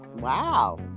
Wow